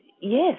Yes